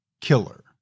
killer